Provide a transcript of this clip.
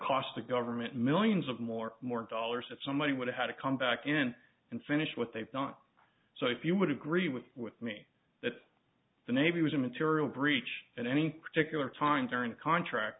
cost the government millions of more more dollars if somebody would have to come back in and finish what they've done so if you would agree with with me that the navy was in material breach and any particular time during a contract